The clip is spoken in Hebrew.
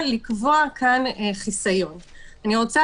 קיבלה